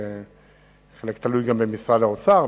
חלק תלוי גם במשרד האוצר,